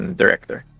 director